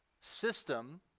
system